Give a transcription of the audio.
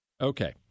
Okay